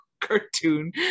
cartoon